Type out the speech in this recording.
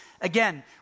Again